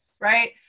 right